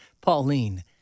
Pauline